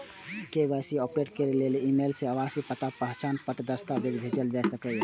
KYC update करै लेल email सं आवासीय पता आ पहचान पत्रक दस्तावेज भेजल जा सकैए